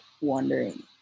wondering